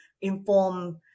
inform